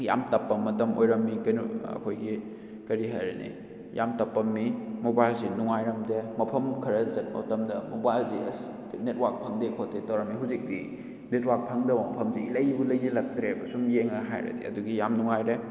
ꯌꯥꯝ ꯇꯞꯄ ꯃꯇꯝ ꯑꯣꯏꯔꯝꯃꯤ ꯀꯩꯅꯣ ꯑꯩꯈꯣꯏꯒꯤ ꯀꯔꯤ ꯍꯥꯏꯔꯅꯤ ꯌꯥꯝ ꯇꯞꯄꯝꯃꯤ ꯃꯣꯕꯥꯏꯜꯁꯤ ꯅꯨꯡꯉꯥꯏꯔꯝꯗꯦ ꯃꯐꯝ ꯈꯔ ꯆꯠꯄ ꯃꯇꯝꯗ ꯃꯣꯕꯥꯏꯜꯁꯤ ꯑꯁ ꯅꯦꯠꯋꯥꯛ ꯐꯪꯗꯦ ꯈꯣꯠꯇꯦ ꯇꯧꯔꯝꯃꯤ ꯍꯧꯖꯤꯛꯇꯤ ꯅꯦꯠꯋꯥꯛ ꯐꯪꯗꯕ ꯃꯐꯝꯁꯤ ꯏꯂꯩꯕꯨ ꯂꯩꯁꯤꯜꯂꯛꯇ꯭ꯔꯦ ꯁꯨꯝ ꯌꯦꯡꯉꯒ ꯍꯥꯏꯔꯗꯤ ꯑꯗꯨꯒꯤ ꯌꯥꯝ ꯅꯨꯡꯉꯥꯏꯔꯦ